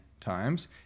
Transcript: times